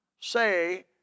say